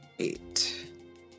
Eight